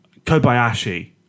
Kobayashi